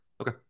Okay